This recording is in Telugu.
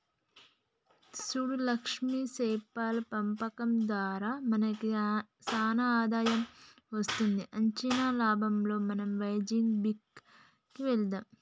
సూడు లక్ష్మి సేపల పెంపకం దారా మనకి సానా ఆదాయం వస్తది అచ్చిన లాభాలలో మనం వైజాగ్ బీచ్ కి వెళ్దాం